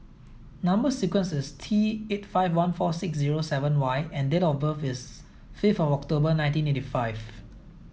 number sequence is T eight five one four six zero seven Y and date of birth is fifth of October nineteen eighty five